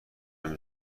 نمی